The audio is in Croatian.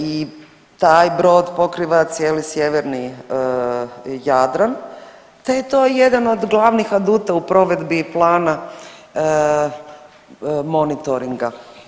I taj brod pokriva cijeli sjeverni Jadran te je to jedan od glavnih aduta u provedbi plana monitoringa.